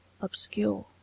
obscure